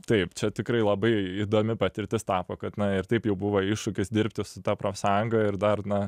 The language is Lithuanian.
taip čia tikrai labai įdomi patirtis tapo kad na ir taip jau buvo iššūkis dirbti su ta profsąjunga ir dar na